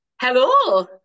Hello